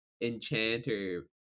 enchanter